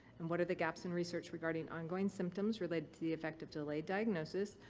and what are the gaps in research regarding ongoing symptoms related to the effect of delayed diagnosis,